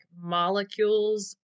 molecules